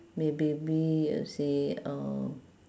maybe be uh say uh